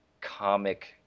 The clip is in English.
comic